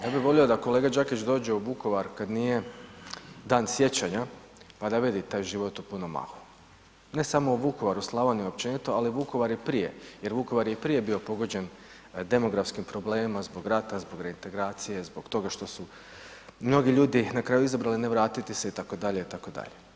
Ja bih volio da kolega Đakić dođe u Vukovar kada nije Dan sjećanja pa da vidi taj život u punom mahu, ne samo u Vukovaru, u Slavoniji općenito, ali Vukovar je prije jer Vukovar je i prije bio pogođen demografskim problemima zbog rata, zbog reintegracije, zbog toga što su mnogi ljudi na kraju izabrali ne vratiti se itd., itd.